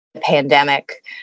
pandemic